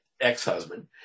ex-husband